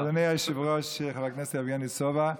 אדוני היושב-ראש חבר הכנסת יבגני סובה,